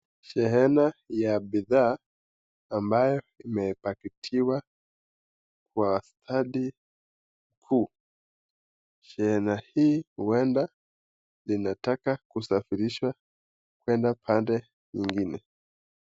Shehena ya bidhaa, ambayo imepakitiwa kwa stadi huu, shehena huenda linataka kusafirisha kwenda pande nyingine.